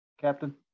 Captain